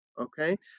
Okay